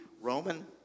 Roman